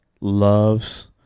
loves –